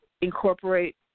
incorporate